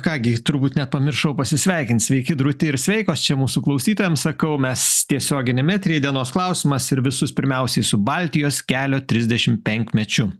ką gi turbūt net pamiršau pasisveikint sveiki drūti ir sveikos čia mūsų klausytojams sakau mes tiesioginiam eteryje dienos klausimas ir visus pirmiausiai su baltijos kelio trisdešimt penkmečiu